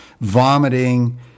vomiting